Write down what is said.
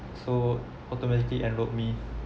so automatically enrolled me